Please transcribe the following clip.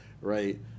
Right